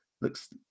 looks